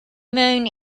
moon